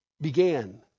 began